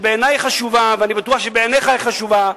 שבעיני היא חשובה, ואני בטוח שבעיניך היא חשובה.